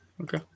Okay